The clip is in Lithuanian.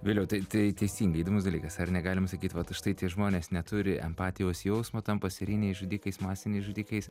viliau tai tai teisingai įdomus dalykas ar negalim sakyt vat štai tie žmonės neturi empatijos jausmo tampa serijiniais žudikais masiniais žudikais